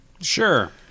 Sure